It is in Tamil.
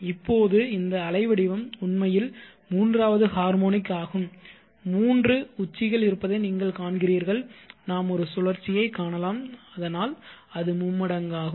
இப்போது இந்த அலை வடிவம் உண்மையில் மூன்றாவது ஹார்மோனிக் ஆகும் மூன்று உச்சிகள் இருப்பதை நீங்கள் காண்கிறீர்கள் நாம் ஒரு சுழற்சியை காணலாம் அதனால் அது மும்மடங்காகும்